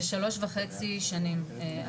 זה שלוש וחצי שנים.